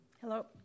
Hello